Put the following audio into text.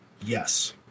Yes